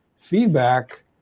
feedback